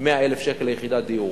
100,000 שקל ליחידת דיור.